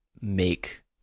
make